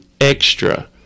extra